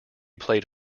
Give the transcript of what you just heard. played